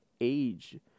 age